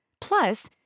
Plus